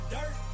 Dirt